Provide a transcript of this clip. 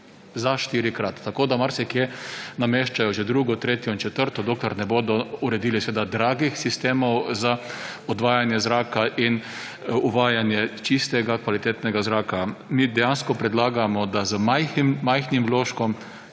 za štirikrat. Tako da marsikje nameščajo že drugo, tretjo in četrto, dokler ne bodo uredili dragih sistemov za odvajanje zraka in uvajanje čistega kvalitetnega zraka. Mi dejansko predlagamo, da z majhnim vložkom